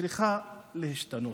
צריכות להשתנות.